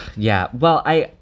yeah well, i,